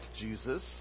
Jesus